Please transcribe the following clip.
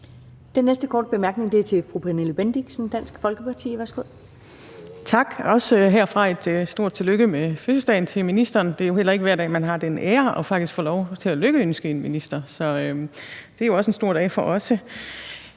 Den næste korte bemærkning er til fru Pernille Bendixen, Dansk Folkeparti. Værsgo. Kl. 11:51 Pernille Bendixen (DF): Tak. Også herfra et stort tillykke med fødselsdagen til ministeren. Det er jo ikke hver dag, man har den ære faktisk at få lov til at lykønske en minister, så det er jo også en stor dag for os.